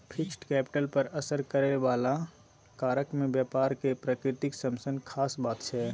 fixed capital पर असर करइ बला कारक मे व्यापार केर प्रकृति सबसँ खास बात छै